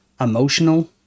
emotional